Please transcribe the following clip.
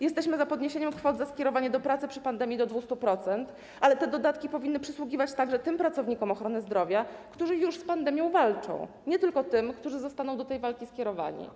Jesteśmy za podniesieniem kwot za skierowanie do pracy w związku z pandemią do 200%, ale te dodatki powinny przysługiwać także tym pracownikom ochrony zdrowia, którzy już z pandemią walczą, nie tylko tym, którzy zostaną do tej walki skierowani.